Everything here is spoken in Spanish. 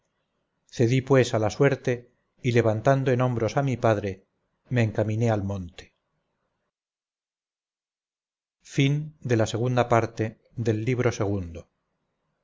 ya cedí pues a la suerte y levantando en hombros a mi padre me encaminé al monte virgilio eneida traducción de eugenio de ochoa libro